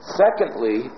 secondly